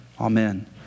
Amen